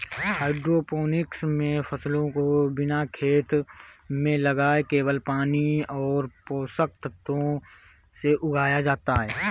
hydroponics मे फसलों को बिना खेत में लगाए केवल पानी और पोषक तत्वों से उगाया जाता है